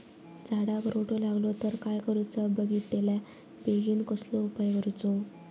झाडाक रोटो लागलो तर काय करुचा बेगितल्या बेगीन कसलो उपाय करूचो?